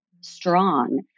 strong